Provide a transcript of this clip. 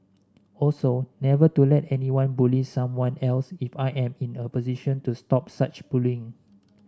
also never to let anyone bully someone else if I am in a position to stop such bullying